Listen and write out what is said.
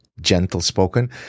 gentle-spoken